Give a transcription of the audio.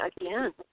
again